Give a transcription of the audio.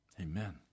Amen